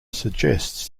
suggests